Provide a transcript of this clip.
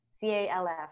C-A-L-F